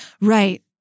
Right